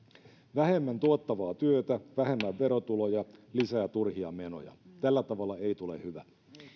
vähemmän tuottavaa työtä vähemmän verotuloja lisää turhia menoja tällä tavalla ei tule hyvä